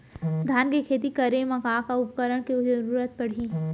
धान के खेती करे मा का का उपकरण के जरूरत पड़हि?